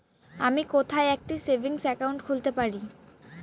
আমি কোথায় একটি সেভিংস অ্যাকাউন্ট খুলতে পারি?